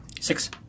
Six